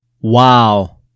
wow